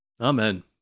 Amen